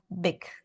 big